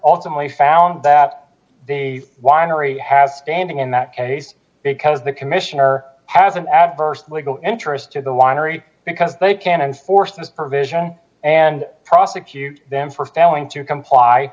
ultimately found that they winery have standing in that case because the commissioner has an adverse legal interest to the winery because they can enforce this provision and prosecute them for failing to comply